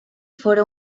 fóra